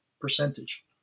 percentage